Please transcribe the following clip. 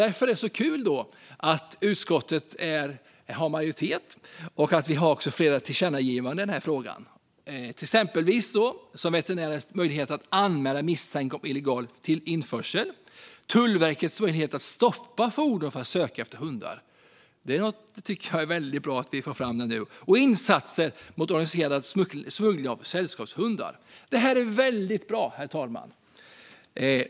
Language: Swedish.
Därför är det så kul att det finns en majoritet i utskottet. Det finns även flera tillkännagivanden i denna fråga. Det handlar till exempel om veterinärers möjligheter att anmäla misstanke om illegal införsel, om Tullverkets möjligheter att stoppa fordon för att söka efter hundar - vilket jag tycker är väldigt bra att vi får fram - och om insatser mot organiserad smuggling av sällskapshundar. Detta är väldigt bra, herr talman.